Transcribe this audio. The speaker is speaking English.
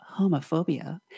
homophobia